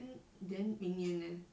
um then 明年 leh